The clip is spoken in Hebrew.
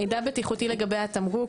מידע בטיחותי לגבי התמרוק.